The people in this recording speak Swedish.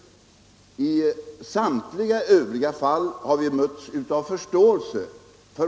I samtliga övriga fall har vi mötts av förståelse.